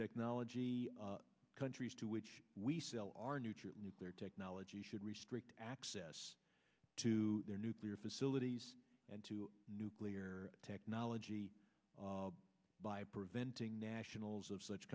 technology countries to which we sell our new nuclear technology should restrict access to their nuclear facilities and to nuclear technology by preventing nationals of such